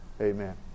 amen